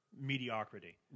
Mediocrity